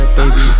baby